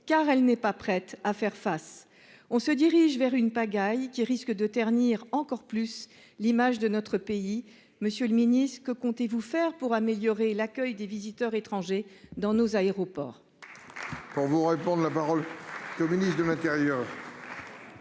car elle n'est pas prête à faire face. On se dirige vers une pagaille qui risque de ternir encore plus l'image de notre pays. Monsieur le Ministre que comptez-vous faire pour améliorer l'accueil des visiteurs étrangers dans nos aéroports. Pour vous répondre, la parole. Au ministre de matériel.